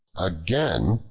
again,